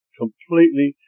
completely